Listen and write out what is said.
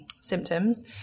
symptoms